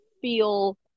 feel